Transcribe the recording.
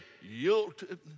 yielded